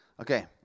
Okay